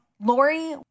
Lori